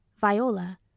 viola